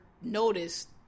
noticed